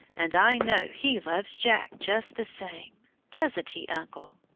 and i know he loves jack just the same doesn't he, uncle?